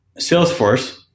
Salesforce